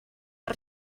per